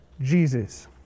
Jesus